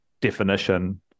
definition